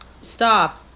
Stop